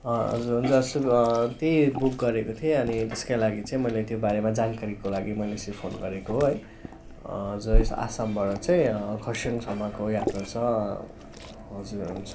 हजुर हुन्छ त्यही बुक गरेको थिएँ अनि त्यसकै लागि मैले त्यो बारेमा जानकारीको लागि मैले यसरी फोन गरेको हो है जै आसामबाट चाहिँ खर्साङसम्मको यात्रा छ हजुर हुन्छ